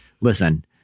listen